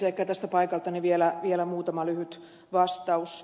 ehkä tästä paikaltani vielä muutama lyhyt vastaus